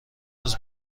روز